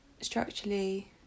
structurally